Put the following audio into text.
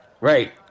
Right